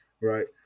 Right